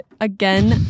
again